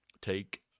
take